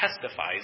testifies